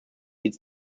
its